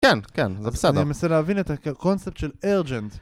כן, כן, זה בסדר. אני מנסה להבין את הקונספט של urgent.